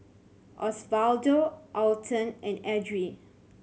Osvaldo Alton and Edrie